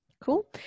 Cool